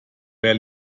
wer